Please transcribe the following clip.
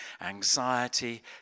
anxiety